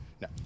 No